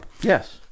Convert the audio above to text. Yes